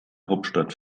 hauptstadt